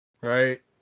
Right